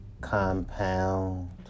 compound